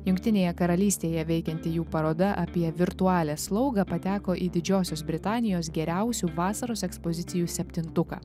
jungtinėje karalystėje veikianti jų paroda apie virtualią slaugą pateko į didžiosios britanijos geriausių vasaros ekspozicijų septintuką